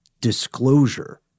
disclosure